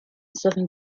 southern